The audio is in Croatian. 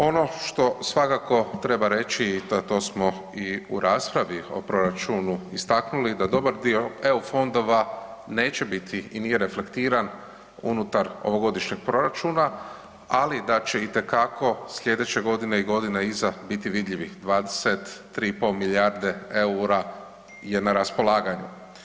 Ono što svakako treba reći, a to smo i u raspravi o proračunu istaknuli da dobar dio EU fondova neće biti i nije reflektiran unutar ovogodišnjeg proračuna, ali da će itekako slijedeće godine i godina iza biti vidljivi 23,5 milijardi EUR-a je na raspolaganju.